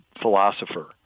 philosopher